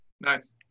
Nice